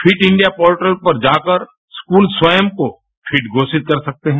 fit India portal पर जाकर school स्वयं को फिट घोषित कर सकते हैं